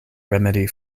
remedy